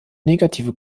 negative